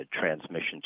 transmission